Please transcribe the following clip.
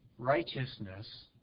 righteousness